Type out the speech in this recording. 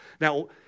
Now